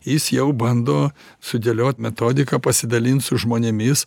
jis jau bando sudėliot metodiką pasidalint su žmonėmis